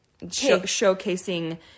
showcasing